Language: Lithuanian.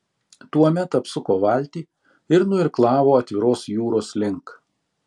tuomet apsuko valtį ir nuirklavo atviros jūros link